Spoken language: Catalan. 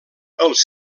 els